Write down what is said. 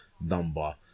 number